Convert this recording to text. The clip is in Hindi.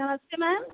नमस्ते मैम